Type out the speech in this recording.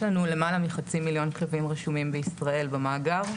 יש לנו למעלה מחצי מיליון כלבים רשומים בישראל במאגר.